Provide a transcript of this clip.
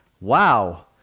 Wow